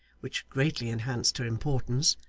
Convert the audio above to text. which greatly enhanced her importance,